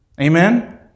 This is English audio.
Amen